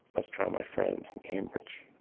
let's try my friend and cambridge,